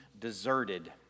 deserted